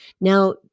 Now